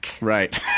Right